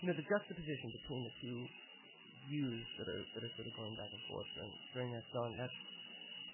you know the juxtaposition between the two muses that are that are sort of going back and forth during during that song, that's